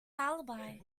alibi